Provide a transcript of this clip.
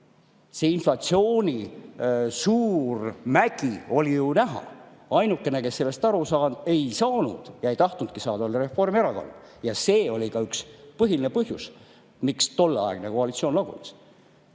see inflatsiooni suur mägi oli ju näha. Ainukene, kes sellest aru ei saanud ja ei tahtnudki saada, oli Reformierakond. Ja see oli ka üks põhiline põhjus, miks tolleaegne koalitsioon lagunes.